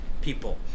people